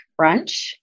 Brunch